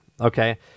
okay